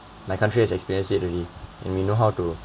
my country has experienced it already and we know how to